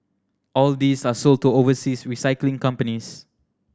all these are sold to overseas recycling companies